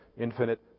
infinite